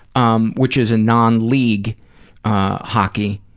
um which is a non-league hockey,